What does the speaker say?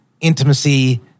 intimacy